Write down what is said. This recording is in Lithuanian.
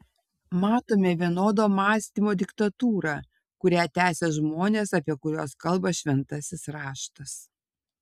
matome vienodo mąstymo diktatūrą kurią tęsia žmonės apie kuriuos kalba šventasis raštas